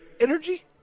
energy